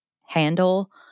handle